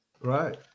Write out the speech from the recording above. right